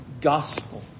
gospel